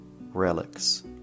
relics